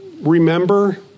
remember